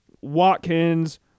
Watkins